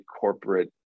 corporate